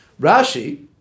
Rashi